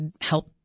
help